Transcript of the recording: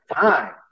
time